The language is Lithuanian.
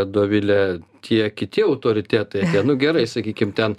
dovile tie kiti autoritetai tie nu gerai sakykim ten